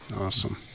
Awesome